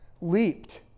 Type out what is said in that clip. leaped